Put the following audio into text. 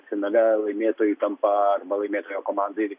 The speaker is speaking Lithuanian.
finale laimėtojai tampa arba laimėtojų komandai